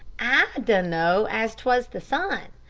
i dunno as t was the son.